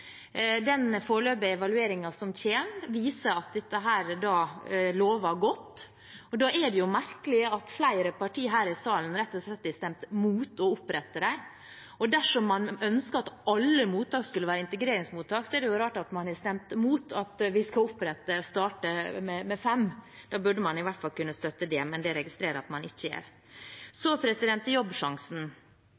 Den foreløpige evalueringen som kommer, viser at dette lover godt, og da er det merkelig at flere partier her i salen rett og slett har stemt mot å opprette dem. Dersom man ønsker at alle mottak skulle være integreringsmottak, er det rart at man har stemt mot at vi skal starte med fem. Da burde man i hvert fall kunne støtte det, men det registrerer jeg at man ikke gjør.